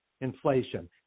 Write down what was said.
inflation